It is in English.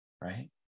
right